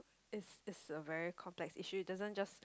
is is a very complex issue it doesn't just